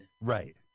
Right